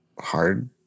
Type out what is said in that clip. hard